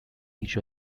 each